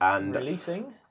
Releasing